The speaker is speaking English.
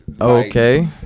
okay